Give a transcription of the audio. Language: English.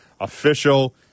official